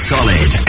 Solid